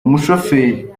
umushoferi